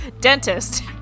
Dentist